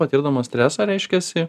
patirdamas stresą reiškiasi